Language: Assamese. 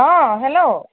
অঁ হেল্ল'